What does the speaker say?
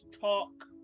talk